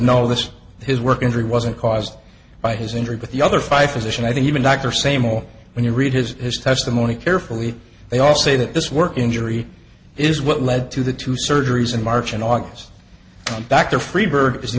no this his work injury wasn't caused by his injury but the other five physician i think even dr samal when you read his his testimony carefully they all say that this work injury is what led to the two surgeries in march and august back to freebird is